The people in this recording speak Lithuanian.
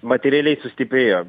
materialiai sustiprėjo